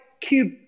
cube